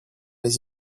les